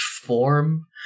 form